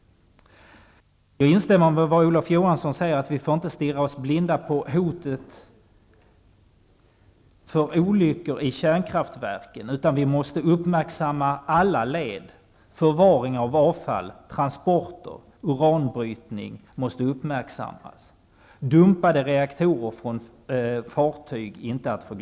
Jag instämmer med vad Olof Johansson säger om att vi inte får stirra oss blinda på hotet om olyckor i kärnkraftverk. Vi måste uppmärksamma alla led, förvaring av avfall, transporter, uranbrytning och, inte att förglömma, reaktorer dumpade från fartyg.